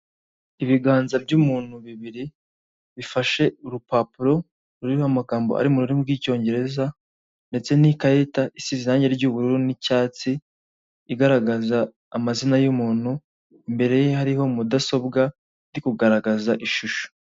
Ibiganza by'umuntu bibiri, bifashe urupapuro ruriho amagambo ari mu rurimi rw'Icyongereza, ndetse n'ikarita isize irange ry'ubururu n'icyatsi igaragaza amazina y'umuntu, imbere ye hariho mudasobwa iri kugaragaza ishusho.